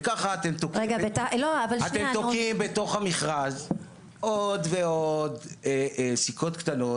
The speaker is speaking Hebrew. וככה אתם תוקעים בתוך המכרז עוד ועוד סיכות קטנות,